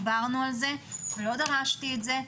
דיברנו על זה ולא דרשתי את זה.